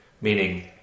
meaning